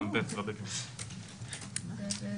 נחזור לזה.